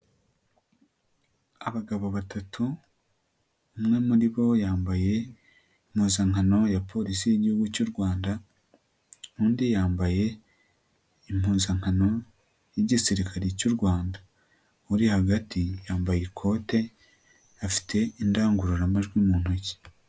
Abagabo batatu, umwe muri bo yambaye impuzankano ya polisi y'igihugu cy'u Rwanda, undi yambaye impuzankano y'igisirikare cy'u Rwanda. Uri hagati yambaye ikote, afite indangururamajwi mu ntoki.